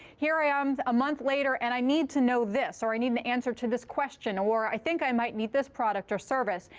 here i am a month later. and i need to know this or i need an answer to this question or i think i might need this product or service.